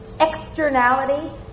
externality